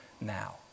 now